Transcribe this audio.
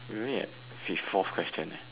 we only at fifth fourth question eh